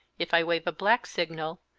if i wave a black signal,